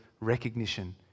recognition